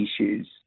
issues